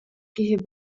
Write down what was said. киһи